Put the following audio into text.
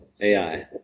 AI